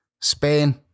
Spain